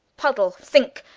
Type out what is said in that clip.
puddle, sinke,